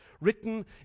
written